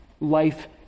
Life